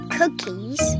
cookies